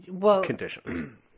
conditions